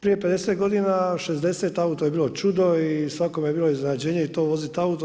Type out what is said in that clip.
Prije 50 godina, 60 auto je bilo čudo i svakome je bilo iznenađenje i to vozit auto.